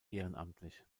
ehrenamtlich